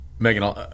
Megan